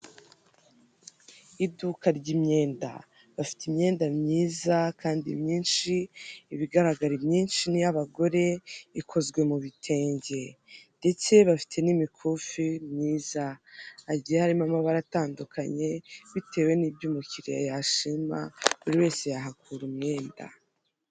Iduka ry'imyenda, bafite imyenda myiza kandi myinshi, ibigaragara imyinshi n'iy'abagore ikozwe mu bitenge ndetse bafite n'imikufi myiza, hagiye harimo amabara atandukanye bitewe n'ibyo umukiliya yashima buri wese yahakura umwenda.